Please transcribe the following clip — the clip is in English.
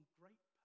great